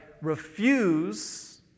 refuse